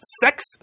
sex